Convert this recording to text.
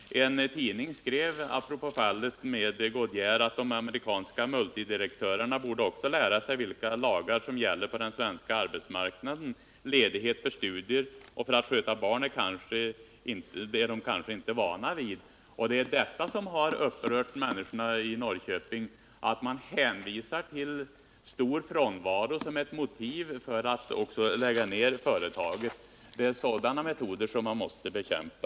En tidning skrev apropå fallet med Goodyear: ”De amerikanska multidirektörerna borde också lära sig vilka lagar som gäller på den svenska arbetsmarknaden. Ledighet för studier och för att sköta barn är de kanske inte vana vid.” Det är detta som har upprört människorna i Norrköping, att man hänvisar till stor frånvaro som ett motiv för att också lägga ner företag. Det är sådana metoder som man måste bekämpa.